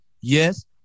yes